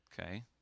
Okay